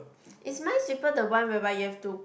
is Minesweeper the one whereby you have to